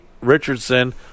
richardson